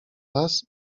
las